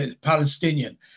Palestinian